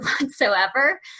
whatsoever